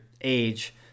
age